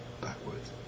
backwards